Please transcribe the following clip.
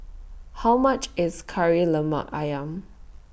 How much IS Kari Lemak Ayam